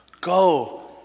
Go